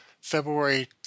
February